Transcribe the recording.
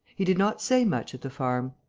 he did not say much at the farm.